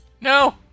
no